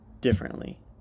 differently